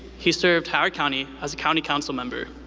he served howard county as a county councilmember.